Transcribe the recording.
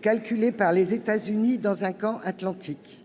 calculée par les États-Unis dans un camp atlantique